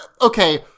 Okay